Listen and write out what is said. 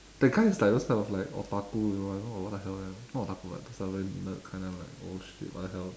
that guy is like those kind of like otaku you know I don't know what the hell man not otaku but just a very nerd kind of like old shit what the hell